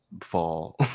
fall